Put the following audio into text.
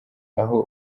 aho